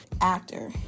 actor